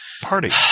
party